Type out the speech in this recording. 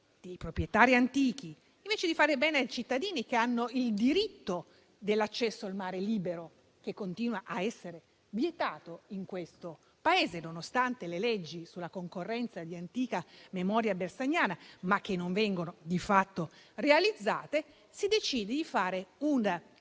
dei proprietari antichi e dei cittadini che hanno il diritto dell'accesso al libero mare (che continua a essere vietato in questo Paese, nonostante le leggi sulla concorrenza di antica memoria bersaniana, che non vengono di fatto attuate), si decide di fare un